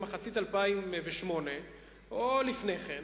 במחצית 2008 או לפני כן,